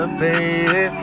baby